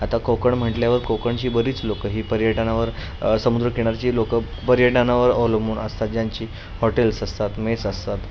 आता कोकण म्हटल्यावर कोकणची बरीच लोकं ही पर्यटनावर समुद्रकिनारची लोकं पर्यटनावर अवलंबून असतात ज्यांची हॉटेल्स असतात मेस असतात